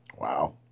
wow